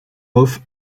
off